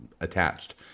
attached